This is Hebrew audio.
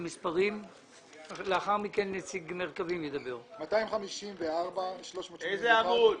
רביזיה על פנייה מספר 254 ו-381.